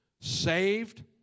saved